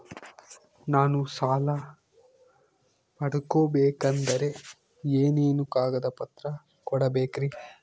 ನಾನು ಸಾಲ ಪಡಕೋಬೇಕಂದರೆ ಏನೇನು ಕಾಗದ ಪತ್ರ ಕೋಡಬೇಕ್ರಿ?